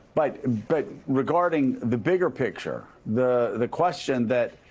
but but regarding the bigger picture, the the question that